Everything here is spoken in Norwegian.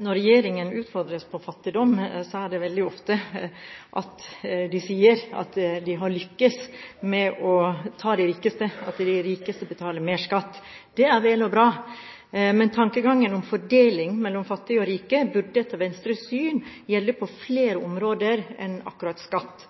Når regjeringen utfordres på fattigdom, sier de veldig ofte at de har lyktes med å ta de rikeste, at de rikeste betaler mer skatt. Det er vel og bra, men tankegangen om fordeling mellom fattige og rike burde, etter Venstres syn, gjelde på flere områder enn akkurat skatt